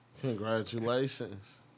congratulations